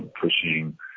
pushing